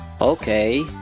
Okay